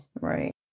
Right